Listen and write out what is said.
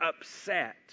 upset